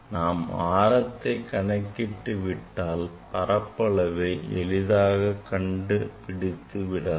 நாம் ஆரத்தை கணக்கிட்டு விட்டால் பரப்பளவை எளிதாக கண்டறிந்து விடலாம்